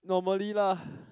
normally lah